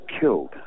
killed